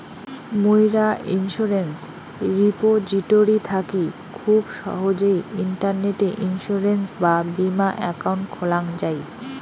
মুইরা insurance repository থাকি খুব সহজেই ইন্টারনেটে ইন্সুরেন্স বা বীমা একাউন্ট খোলাং যাই